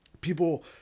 people